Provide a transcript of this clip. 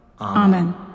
Amen